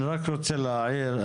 אני רק רוצה להעיר,